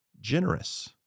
generous